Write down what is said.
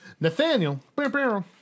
Nathaniel